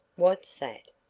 what's that?